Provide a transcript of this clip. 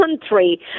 country